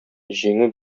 җиңү